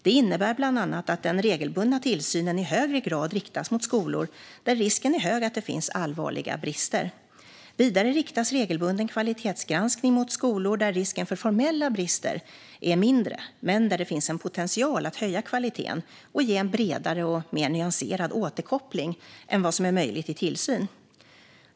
Det innebär bland annat att den regelbundna tillsynen i högre grad riktas mot skolor där risken är hög att det finns allvarliga brister. Vidare riktas regelbunden kvalitetsgranskning mot skolor där risken för formella brister är mindre men där det finns en potential att höja kvaliteten och ge en bredare och mer nyanserad återkoppling än vad som är möjligt i tillsyn.